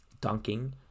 dunking